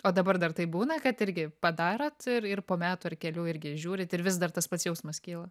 o dabar dar taip būna kad irgi padarot ir ir po metų ar kelių irgi žiūrit ir vis dar tas pats jausmas kyla